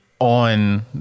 On